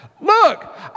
Look